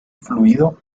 fluido